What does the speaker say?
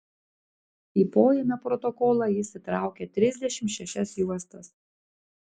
į poėmio protokolą jis įtraukė trisdešimt šešias juostas